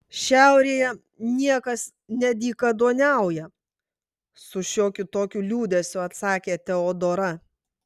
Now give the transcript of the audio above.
šiaurėje niekas nedykaduoniauja su šiokiu tokiu liūdesiu atsakė teodora